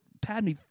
Padme